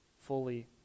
fully